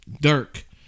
Dirk